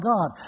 God